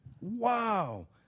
Wow